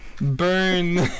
Burn